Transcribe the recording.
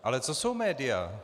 Ale co jsou média?